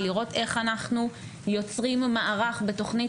לראות איך אנחנו יוצרים מערך בתוכנית